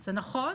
זה נכון,